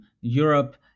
Europe